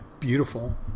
beautiful